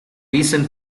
recent